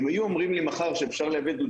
אם היו אומרים לי מחר שאפשר לייבא דוד